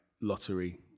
Lottery